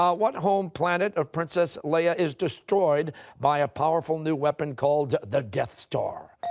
um what home planet of princess leia is destroyed by a powerful new weapon called the death star?